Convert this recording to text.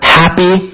happy